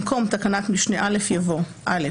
במקום תקנת משנה (א) יבוא: "(א)